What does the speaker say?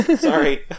sorry